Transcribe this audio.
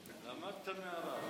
חרדי, וכמוני יש אלפים,